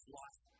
life